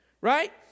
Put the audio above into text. right